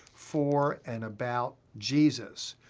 for, and about jesus,